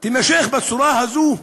תימשך בצורה הזאת,